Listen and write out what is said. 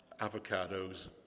avocados